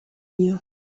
you